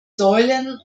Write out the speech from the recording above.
säulen